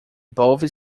both